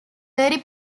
very